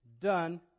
done